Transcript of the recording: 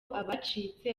abacitse